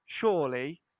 surely